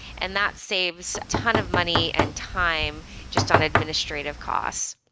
and that saves ton of money and time just on administrative costs.